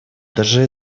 даже